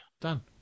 Done